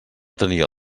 tenia